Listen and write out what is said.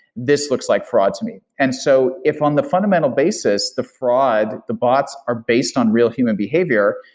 this looks like fraud to me. and so if on the fundamental basis, the fraud, the bots are based on real human behavior,